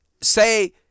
say